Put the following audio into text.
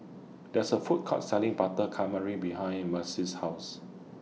There IS A Food Court Selling Butter Calamari behind Maceo's House